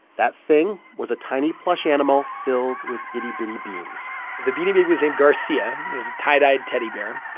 that thing was a tiny plush animal filled with itty-bitty beans the beanie baby was named garcia. it was a tie-dyed teddy bear.